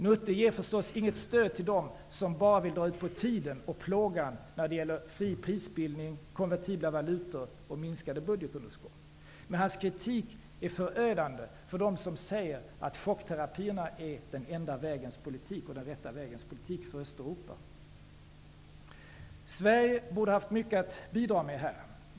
Nuti ger förstås inget stöd till dem som bara vill dra ut på tiden och plågan när det gäller fri prisbildning, konvertibla valutor och minskade budgetunderskott. Hans kritik är förödande för dem som säger att chockterapierna är den enda och den rätta vägens politik för Östeuropa. Sverige borde ha haft mycket att bidra med här.